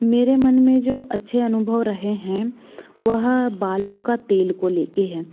मेरे मन में जो अच्छे अनुभव रहे हैं वह बालों का तेल को लेकर है